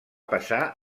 passar